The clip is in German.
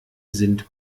sind